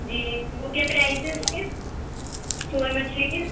جی وہ کیا پرائز ہے اس کے فول مچھلی کے